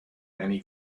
many